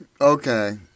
Okay